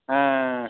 ஆ ஆ